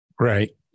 Right